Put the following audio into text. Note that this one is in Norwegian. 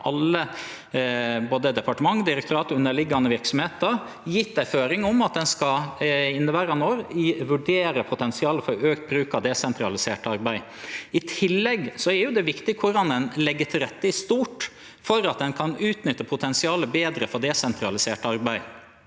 både departement, direktorat og underliggjande verksemder, gjeve ei føring om at ein i inneverande år skal vurdere potensialet for auka bruk av desentralisert arbeid. I tillegg er det viktig korleis ein legg til rette i stort for at ein kan utnytte potensialet for desentralisert arbeid